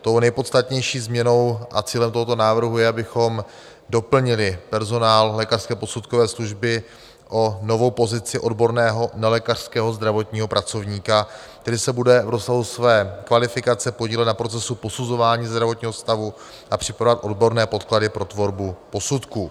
Tou nejpodstatnější změnou a cílem tohoto návrhu je, abychom doplnili personál lékařské posudkové služby o novou pozici odborného nelékařského zdravotního pracovníka, který se bude v rozsahu své kvalifikace podílet na procesu posuzování zdravotního stavu a připravovat odborné podklady pro tvorbu posudku.